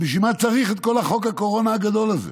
אז בשביל מה צריך את כל חוק הקורונה הגדול הזה?